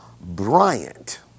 Bryant